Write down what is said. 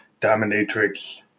dominatrix